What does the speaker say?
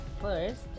First